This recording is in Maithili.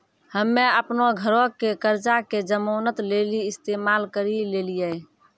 हम्मे अपनो घरो के कर्जा के जमानत लेली इस्तेमाल करि लेलियै